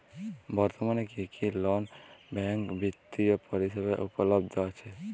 বর্তমানে কী কী নন ব্যাঙ্ক বিত্তীয় পরিষেবা উপলব্ধ আছে?